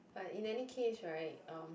but in any case [right] um